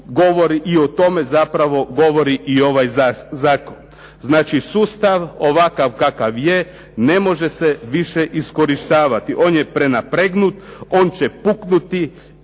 govori i o tome zapravo govori i ovaj zakon. Znači sustav ovakav kakav je ne može se više iskorištavati. On je prenapregnut, on će puknuti